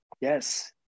Yes